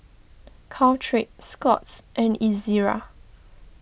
Caltrate Scott's and Ezerra